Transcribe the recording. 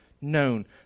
known